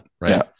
right